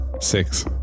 Six